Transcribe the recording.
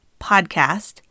podcast